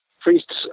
Priests